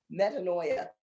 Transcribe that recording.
metanoia